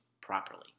properly